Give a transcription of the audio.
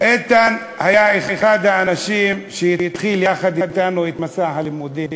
איתן היה אחד האנשים שהתחילו יחד אתנו את מסע הלימודים,